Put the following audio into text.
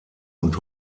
und